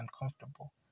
uncomfortable